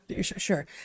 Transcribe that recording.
Sure